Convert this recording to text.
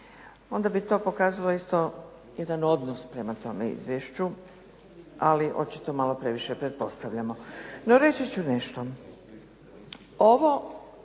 onda bi to pokazalo isto jedan odnos prema tome izvješću, ali očito malo previše pretpostavljamo. No reći ću nešto. Ovo